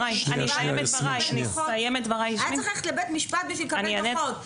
--- היה צריך ללכת לבית משפט בשביל לקבל דוחות.